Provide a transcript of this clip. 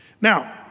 Now